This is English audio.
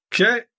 Okay